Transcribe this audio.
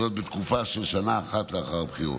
זאת בתקופה של שנה אחת לאחר הבחירות.